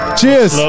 Cheers